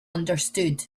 understood